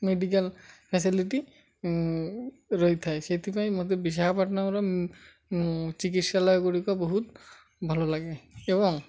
medical facility ରହିଥାଏ ସେଥିପାଇଁ ମୋତେ ବିଶାଖାପଟନମର ଚିକିତ୍ସାଳୟ ଗୁଡ଼ିକ ବହୁତ ଭଲ ଲାଗେ ଏବଂ